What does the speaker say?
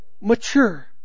mature